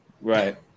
Right